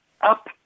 up